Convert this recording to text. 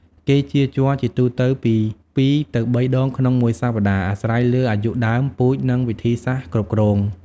គេចៀរជ័រជាទូទៅពី ២ ទៅ ៣ ដងក្នុងមួយសប្តាហ៍ អាស្រ័យលើអាយុដើម ពូជ និងវិធីសាស្រ្តគ្រប់គ្រង។